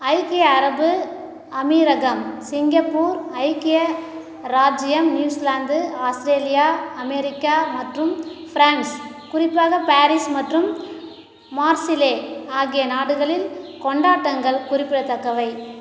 ஐக்கிய அரபு அமீரகம் சிங்கப்பூர் ஐக்கிய இராஜ்ஜியம் நியூசிலாந்து ஆஸ்திரேலியா அமெரிக்கா மற்றும் ஃப்ரான்ஸ் குறிப்பாக பாரிஸ் மற்றும் மார்ஸிலே ஆகிய நாடுகளில் கொண்டாட்டங்கள் குறிப்பிடத்தக்கவை